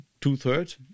two-thirds